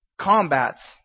combats